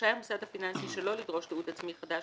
רשאי המוסד הפיננסי שלא לדרוש תיעוד עצמי חדש